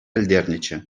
пӗлтернӗччӗ